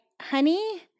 honey